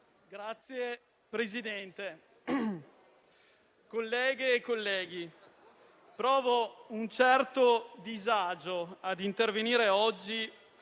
Signor Presidente, colleghe e colleghi, provo un certo disagio ad intervenire oggi